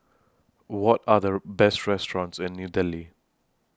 What Are The Best restaurants in New Delhi